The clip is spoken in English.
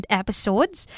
episodes